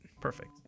Perfect